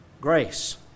grace